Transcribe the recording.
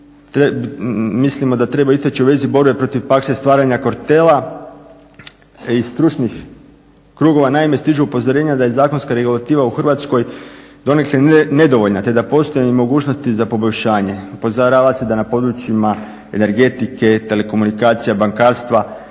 mislimo da treba istaći u vezi borbe protiv paksa i stvaranja kartela i stručnih krugova. Naime, stižu upozorenja da je zakonska regulativa u Hrvatskoj donekle nedovoljna te da ne postoje mogućnosti za poboljšanje. Upozorava se da na područjima energetike, telekomunikacija, bankarstva,